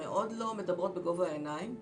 מאוד לא מדברות בגובה העיניים.